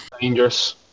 dangerous